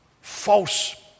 false